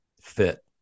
fit